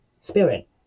spirit